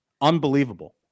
Unbelievable